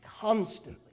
constantly